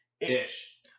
Ish